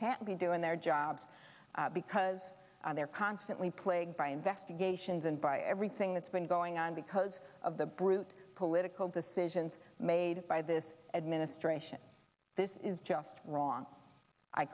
can't be doing their jobs because they're constantly plagued by investigations and by everything that's been going on because of the brute political decisions made by this administration this is just wrong i